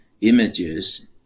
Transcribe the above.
images